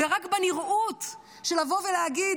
ורק בנראות של לבוא ולהגיד,